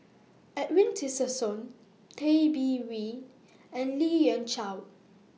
Edwin Tessensohn Tay Bin Wee and Lien Ying Chow